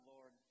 Lord